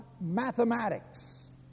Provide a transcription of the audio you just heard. mathematics